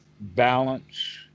balance